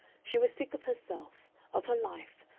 she was sick of herself, of her life,